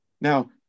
Now